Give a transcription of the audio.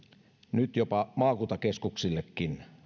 nyt jopa maakuntakeskuksillekin